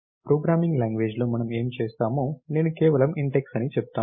programming లాంగ్వేజ్లో మనం ఏమి చేస్తామో నేను కేవలం Int x అని చెప్తాను